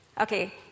okay